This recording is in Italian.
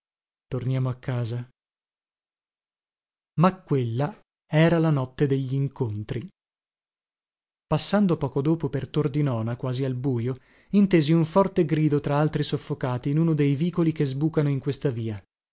torniamo a casa ma quella era la notte deglincontri passando poco dopo per tordinona quasi al bujo intesi un forte grido tra altri soffocati in uno dei vicoli che sbucano in questa via